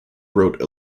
wrote